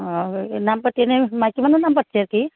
অঁ নাম পাতি এনে মাইকী মানুহৰ নাম পাতিছে সিহঁতে